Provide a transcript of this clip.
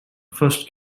first